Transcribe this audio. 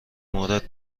مورد